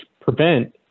prevent